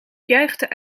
juichte